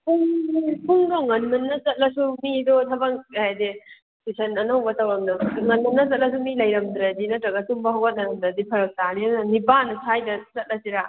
ꯄꯨꯡꯁꯦ ꯄꯨꯡꯗꯣ ꯉꯟꯃꯟꯅ ꯆꯠꯂꯁꯨ ꯃꯤꯗꯣ ꯊꯕꯛ ꯍꯥꯏꯗꯤ ꯇꯨꯏꯁꯟ ꯑꯅꯧꯕ ꯇꯧꯔꯝ ꯉꯟꯃꯟꯅ ꯆꯠꯂꯁꯨ ꯃꯤ ꯂꯩꯔꯝꯗ꯭ꯔꯗꯤ ꯅꯠꯇ꯭ꯔꯒ ꯇꯨꯝꯕ ꯍꯧꯒꯠꯅꯔꯝꯗ꯭ꯔꯗꯤ ꯐꯔꯛ ꯇꯥꯅꯤ ꯑꯗꯨꯅ ꯅꯤꯄꯥꯟ ꯁ꯭ꯋꯥꯏꯗ ꯆꯠꯂꯁꯤꯔꯥ